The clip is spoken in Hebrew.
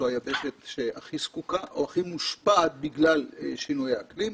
היבשת שהכי זקוקה או הכי מושפעת בגלל שינוי האקלים,